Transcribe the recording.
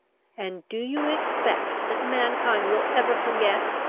and do you expect that mankind will ever forget,